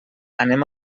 anem